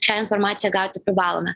šią informaciją gauti privalome